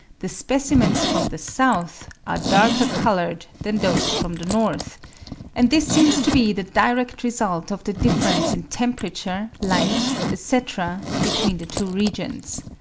the specimens from the south are darker-coloured than those from the north and this seems to be the direct result of the difference in temperature, light, etc, between the two regions.